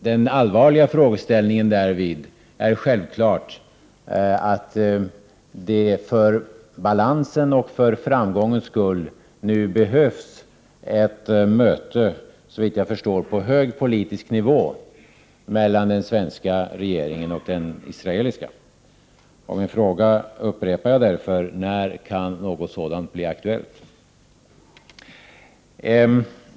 Den allvarliga frågeställningen därvidlag är självfallet att det för balansens och framgångens skull nu behövs ett möte, såvitt jag förstår, på hög politisk nivå mellan den svenska regeringen och den israeliska. Jag upprepar därför min fråga: När kan något sådant bli aktuellt?